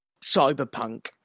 Cyberpunk